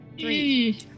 Three